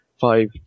five